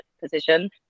position